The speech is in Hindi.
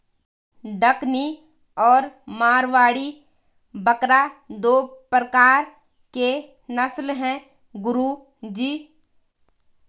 डकनी और मारवाड़ी बकरा दो प्रकार के नस्ल है गुरु जी